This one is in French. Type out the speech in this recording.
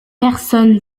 personnes